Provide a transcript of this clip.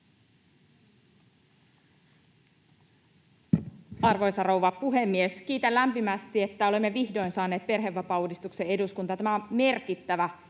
Arvoisa rouva puhemies! Kiitän lämpimästi, että olemme vihdoin saaneet perhevapaauudistuksen eduskuntaan. Tämä on merkittävä